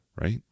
right